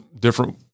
different